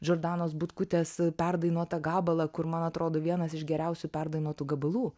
džordanos butkutės perdainuotą gabalą kur man atrodo vienas iš geriausių perdainuotų gabalų